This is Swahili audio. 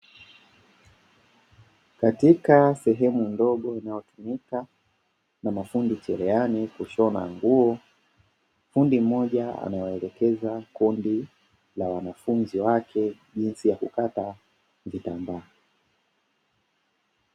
Katika sehemu ndogo inayotumika na mafundi cherehani kushona nguo, fundi mmoja anawaelekeza kundi la wanafunzi wake jinsi ya kukata vitambaa.